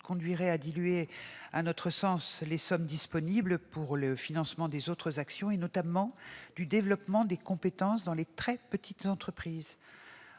cause, on diluerait les sommes disponibles pour le financement des autres actions, notamment le développement des compétences dans les très petites entreprises,